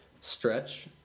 stretch